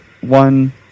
one